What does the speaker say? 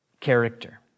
character